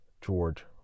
george